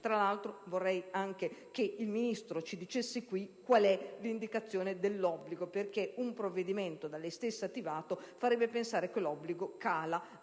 Tra l'altro, vorrei che il Ministro ci dicesse qual è l'indicazione dell'obbligo, perché un provvedimento da lei stessa attivato farebbe pensare che l'obbligo